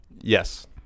Yes